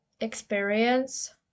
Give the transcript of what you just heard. experience